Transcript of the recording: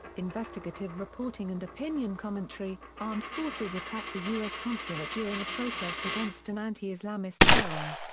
investigative reporting and opinion commentary armed forces attacked the u s. consulate during a protest against an anti-islamist film.